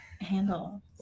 handle